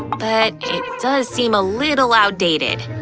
but it does seem a little outdated.